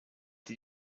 did